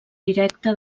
directe